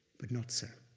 but not so.